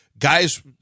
Guys